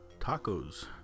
tacos